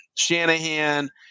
Shanahan